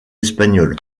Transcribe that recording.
espagnole